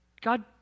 God